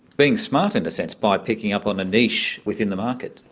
being smart, in a sense, by picking up on a niche within the market.